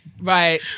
Right